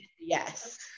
yes